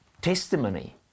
testimony